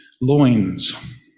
loins